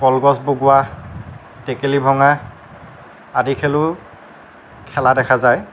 কলগছ বগোৱা টেকেলি ভঙা আদি খেলো খেলা দেখা যায়